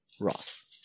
Ross